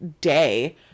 day